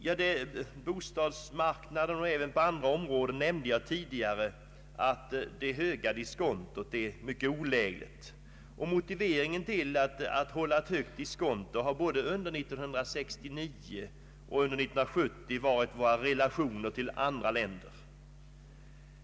På bostadsmarknaden och även på andra områden är, som jag nämnde tidigare, det höga diskontot mycket olägligt. Motiveringen till att hålla ett högt diskonto har under åren 1969 och 1970 varit våra relationer till andra länder.